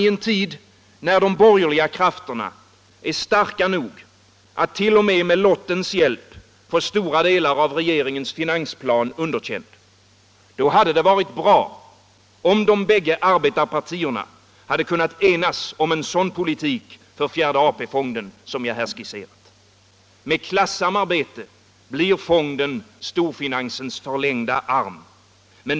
I en tid när de borgerliga krafterna är starka nog att 1.0. m. med lottens hjälp få stora delar av regeringens finansplan underkänd — då hade det varit bra om de båda arbetarpartierna hade kunnat enas om en sådan politik för fjärde AP-fonden som jag här skisserat. Med klassamarbete blir fonden storfinansens förlängda arm.